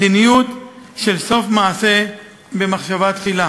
מדיניות של סוף מעשה במחשבה תחילה.